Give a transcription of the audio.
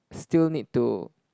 still need to